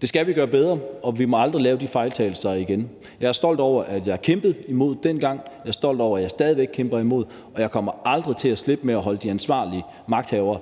Det skal vi gøre bedre, og vi må aldrig lave de fejltagelser igen. Jeg er stolt over, at jeg kæmpede imod dengang, jeg er stolt over, at jeg stadig væk kæmper imod, og jeg kommer aldrig til at slippe at holde de ansvarlige magthavere